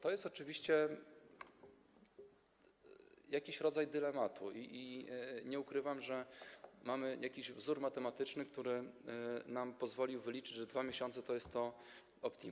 To jest oczywiście pewnego rodzaju dylemat i nie ukrywam, że mamy jakiś wzór matematyczny, który nam pozwolił wyliczyć, że 2 miesiące to jest optimum.